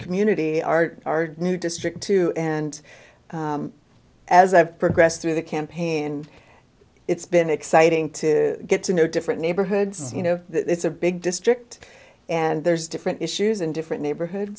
community are our new district too and as i've progressed through the campaign and it's been exciting to get to know different neighborhoods you know it's a big district and there's different issues in different neighborhoods